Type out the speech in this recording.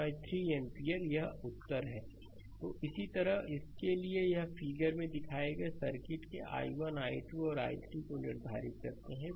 slide समय देखें 1327 तो इसी तरह इस के लिए यह फिगर में दिखाए गए सर्किट के i1 i2 और i3 को निर्धारित करें